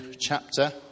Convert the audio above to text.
chapter